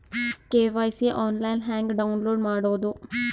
KYC online ಹೆಂಗ್ download ಮಾಡೋದು?